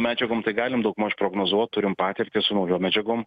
medžiagom tai galime daugmaž prognozuot turim patirtį su naujom medžiagom